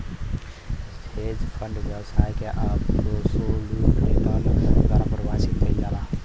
hedge fund व्यवसाय के absolute return द्वारा परिभाषित करल जाला